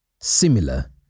similar